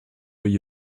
where